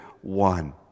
one